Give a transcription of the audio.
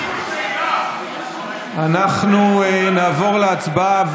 אנחנו נעבור להצבעה,